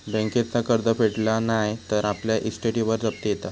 बँकेचा कर्ज फेडला नाय तर आपल्या इस्टेटीवर जप्ती येता